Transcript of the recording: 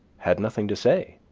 had nothing to say.